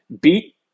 beat